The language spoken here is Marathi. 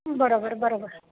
बरोबर बरोबर